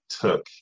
took